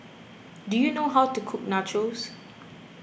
do you know how to cook Nachos